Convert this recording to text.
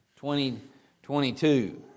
2022